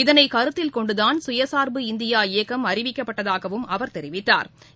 இதனைக் கருத்தில்கொண்டுதான் சுயசா்பு இந்தியா இயக்கம் அறிவிக்கப்பட்டதாகவும் அவர் தெரிவித்தா்